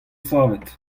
savet